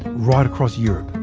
right across europe.